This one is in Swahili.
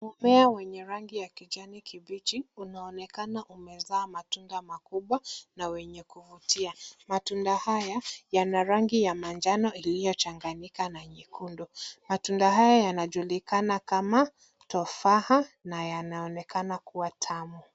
Mmea wenye rangi ya kijani kibichi unaonekana umezaa matunda makubwa na wenye kuvutia. Matunda haya yana rangi ya manjano iliyochanganyika na nyekundu. Matunda haya yanajulikana kama tufaha na yanaonekana kuwa tamu.